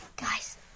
Guys